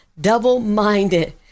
double-minded